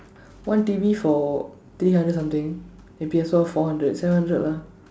one T_V for three hundred something then P_S four four hundred seven hundred lah